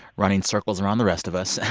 running circles around the rest of us.